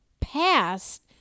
past